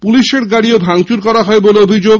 পুলিশের গাড়িও ভাঙচুর করা হয় বলে অভিযোগ